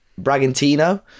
Bragantino